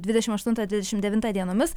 dvidešimt aštuntą dvidešimt devintą dienomis